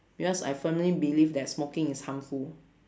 because I firmly believe that smoking is harmful